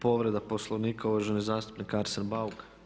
Povreda Poslovnika, uvaženi zastupnik Arsen Bauk.